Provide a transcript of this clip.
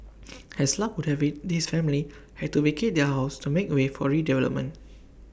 as luck would have IT this family had to vacate their house to make way for redevelopment